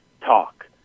talk